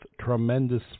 tremendous